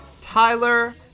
Tyler